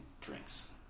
drinks